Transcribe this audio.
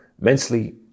mentally